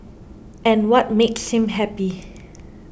and what makes him happy